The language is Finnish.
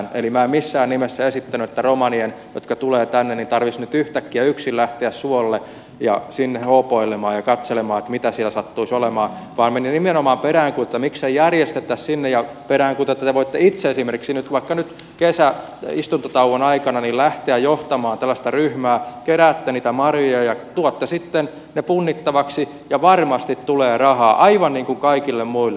eli minä en missään nimessä esittänyt että romanien jotka tulevat tänne tarvitsisi nyt yhtäkkiä yksin lähteä suolle sinne hoopoilemaan ja katselemaan mitä siellä sattuisi olemaan vaan minä nimenomaan peräänkuulutan miksei järjestetä sinne ja peräänkuulutan että te voitte itse esimerkiksi vaikka kesäistuntotauon aikana lähteä johtamaan tällaista ryhmää keräätte niitä marjoja ja tuotte sitten ne punnittavaksi ja varmasti tulee rahaa aivan niin kuin kaikille muille